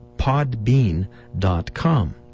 Podbean.com